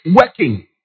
working